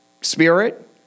spirit